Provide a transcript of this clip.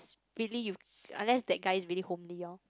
really you unless that guy is really homely lor